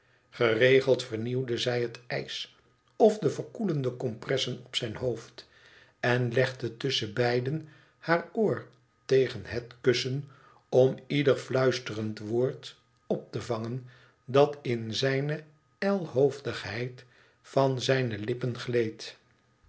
geregeld vernieuwde zij het ijs of de verkoelende compressen op zijn hoofd en legde tusschenbeide haar oor tegen het kussen om ieder fluisterend woord op te vangen dat in zijne ijlhoofdigheid van zijne lippen gleed